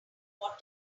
water